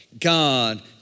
God